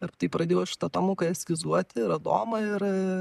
ir taip pradėjau aš tą tomuką eskizuoti ir adomą ir